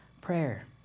prayer